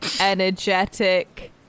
energetic